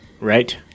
Right